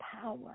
power